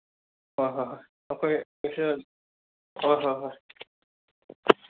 ꯍꯣꯏ ꯍꯣꯏ ꯍꯣꯏ ꯑꯩꯈꯣꯏꯁꯨ ꯍꯣꯏ ꯍꯣꯏ ꯍꯣꯏ